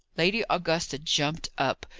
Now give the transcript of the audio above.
lady augusta jumped up.